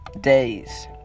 days